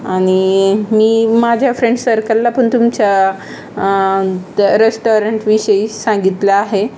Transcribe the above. आणि मी माझ्या फ्रेंड सर्कलला पण तुमच्या त्या रेस्टॉरंटविषयी सांगितलं आहे